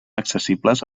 accessibles